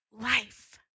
life